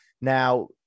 Now